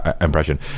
impression